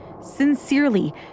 sincerely